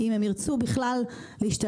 ולכן אנחנו חייבים ללכת אחורה בחינוך